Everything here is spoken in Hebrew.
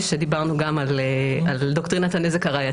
אנחנו מדברים בעצם על דחייה של תחילת מרוץ